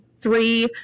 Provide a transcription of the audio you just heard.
three